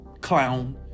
clown